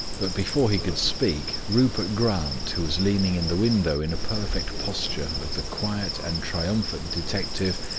but before he could speak rupert grant, who was leaning in the window in a perfect posture of the quiet and triumphant detective,